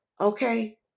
Okay